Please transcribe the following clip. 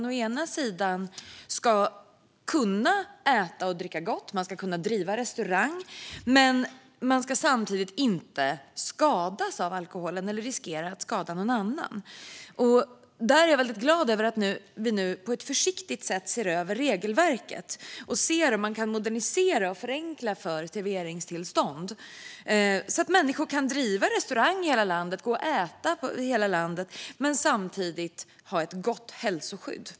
Å ena sidan ska man kunna äta och dricka gott och driva restaurang, men man ska å andra sidan inte skadas av alkoholen eller riskera att skada någon annan. Jag är glad för att vi nu på ett försiktigt sätt ser över regelverket och ser om det går att modernisera och förenkla för serveringstillstånd, så att människor kan driva restaurang, äta och samtidigt ha ett gott hälsoskydd.